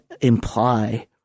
imply